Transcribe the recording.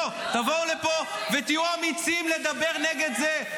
לא, תבואו לפה ותהיו אמיצים לדבר נגד זה.